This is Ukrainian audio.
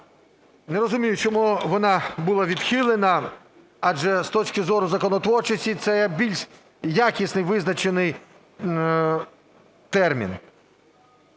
Не розумію, чому вона була відхилена, адже з точки зору законотворчості це більш якісний визначений термін.